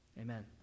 Amen